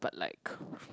but like